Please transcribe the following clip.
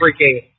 freaking